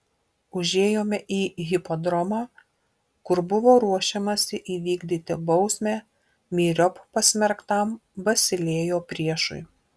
užėjome į hipodromą kur buvo ruošiamasi įvykdyti bausmę myriop pasmerktam basilėjo priešui